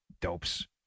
Dopes